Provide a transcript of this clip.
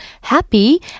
happy